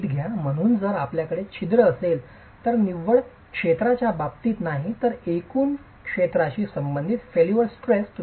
म्हणून जर आपल्याकडे छिद्र असेल तर निव्वळ क्षेत्राच्या बाबतीत नाही तर एकूण क्षेत्राशी संबंधित फैलूर स्ट्रेंस तुम्ही ठरवाल